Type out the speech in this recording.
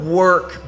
work